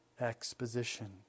exposition